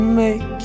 make